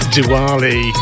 Diwali